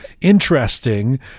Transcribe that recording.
interesting